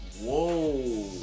Whoa